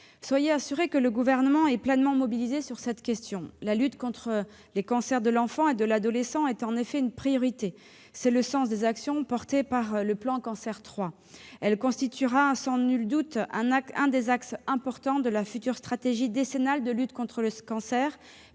Soyez assurée que le Gouvernement est pleinement mobilisé sur cette question. La lutte contre les cancers de l'enfant et de l'adolescent est en effet une priorité. C'est le sens des actions portées par le plan Cancer III. Elle constituera sans nul doute un des axes importants de la future stratégie décennale de lutte contre le cancer,